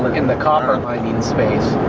in the copper mining space,